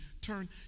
turn